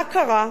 מה קרה?